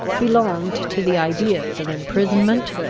belonged to the ideas of imprisonment,